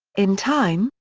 in time,